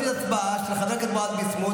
נוציא הצבעה של חבר הכנסת ביסמוט,